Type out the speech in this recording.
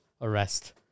arrest